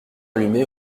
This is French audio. allumée